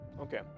Okay